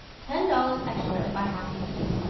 ten dollars extra if i have to eat,